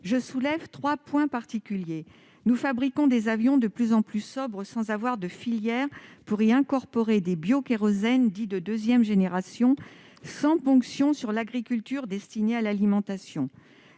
soulevés. Premièrement, nous fabriquons des avions de plus en plus sobres sans bénéficier de filière pour y incorporer des biokérosènes, dits de deuxième génération, sans ponction sur l'agriculture destinée à l'alimentation.